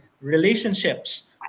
relationships